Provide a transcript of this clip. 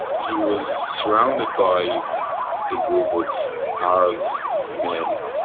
he was surrounded by a group of arab men.